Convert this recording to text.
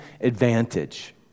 advantage